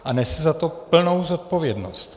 A nese za to plnou zodpovědnost.